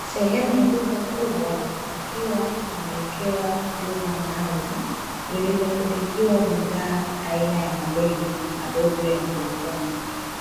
Sehemu ya duka kubwa ikiwa imewekewa vyuma maalumu, vilivyotundikiwa bidhaa aina ya mabegi madogo ya mgongoni,